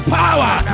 power